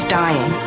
dying